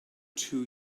two